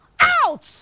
out